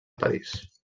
parís